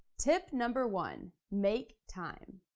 tip number one, make time.